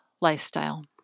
lifestyle